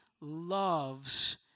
loves